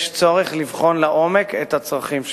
יש צורך לבחון לעומק את הצרכים להם.